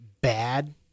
bad